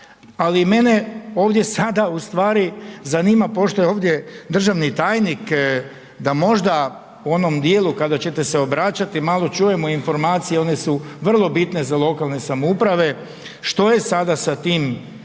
ali mene ovdje sada u stvari zanima pošto je ovdje državni tajnik da možda u onom dijelu kada ćete se obraćati malo čujemo informacije, one su vrlo bitne za lokalne samouprave, što je sada sa tim